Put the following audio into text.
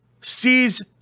sees